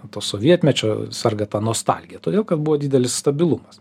to sovietmečio serga ta nostalgija todėl kad buvo didelis stabilumas